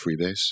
freebase